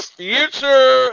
future